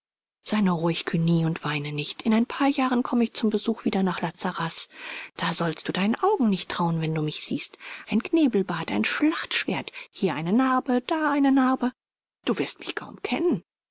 nur ruhig cugny und weine nicht in ein paar jahren komme ich zum besuch wieder nach la sarraz da sollst du deinen augen nicht trauen wenn du mich siehst ein knebelbart ein schlachtschwert hier eine narbe da eine narbe du wirst mich kaum kennen